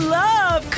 love